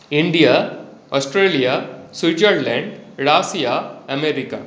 India Australia Switzerland लासिया America